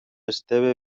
esteve